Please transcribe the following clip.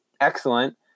excellent